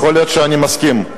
יכול להיות שאני מסכים,